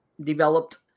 developed